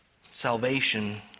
Salvation